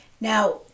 now